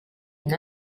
une